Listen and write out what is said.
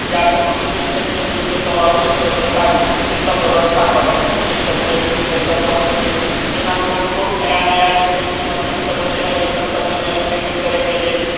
या कोनो भी जे छै से मानि लिअ तलाबो से व्यवस्था छै से सब व्यवस्था कतौ किछु अइठाम जमीनी स्तरपर नहि छै जेना छोट छोट नया नया जे छै से मशीन सब अयलै हँ यन्त्र सब अयलै हँ खेती करयके लेल